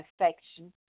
affection